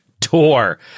tour